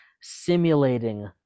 simulating